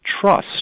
trust